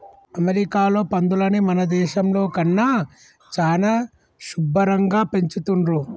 అమెరికాలో పందులని మన దేశంలో కన్నా చానా శుభ్భరంగా పెంచుతున్రు